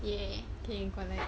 ya okay got like